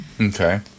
okay